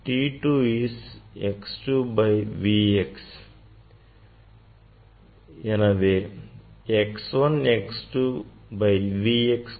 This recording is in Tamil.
t 2 is x 2 by V x so here x 1 x 2 by V x square